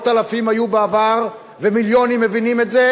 אלפים היו בעבר ומיליונים מבינים את זה,